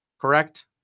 correct